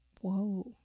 Whoa